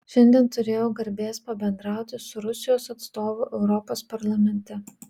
šiandien turėjau garbės pabendrauti su rusijos atstovu europos parlamente